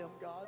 God